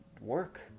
work